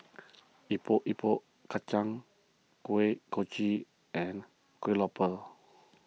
Epok Epok Kentang Kuih Kochi and Kueh Lopes